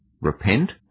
Repent